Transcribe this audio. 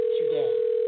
today